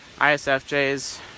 ISFJs